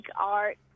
art